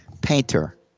painter